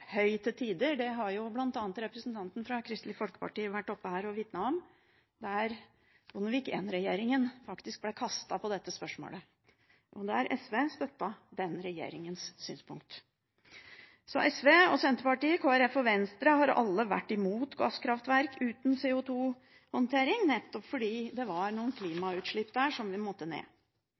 høy. Det har bl.a. representanten fra Kristelig Folkeparti vært oppe og vitnet om. Bondevik I-regjeringen be faktisk kastet på dette spørsmålet, og SV støttet den regjeringens synspunkt. SV, Senterpartiet, Kristelig Folkeparti og Venstre har alle vært imot gasskraftverk uten CO2-håndtering, fordi klimautslippene måtte ned.